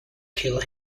kill